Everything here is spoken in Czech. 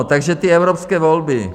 Takže ty evropské volby.